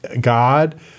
God